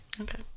okay